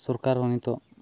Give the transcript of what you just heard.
ᱥᱚᱨᱠᱟᱨ ᱦᱚᱸ ᱱᱤᱛᱚᱜ